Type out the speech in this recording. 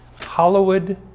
Hollywood